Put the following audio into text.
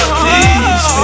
please